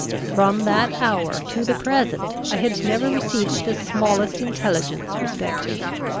from that hour to the present i had never received the smallest intelligence respecting him.